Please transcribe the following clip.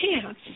chance